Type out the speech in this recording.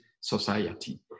society